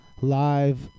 live